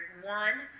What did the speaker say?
one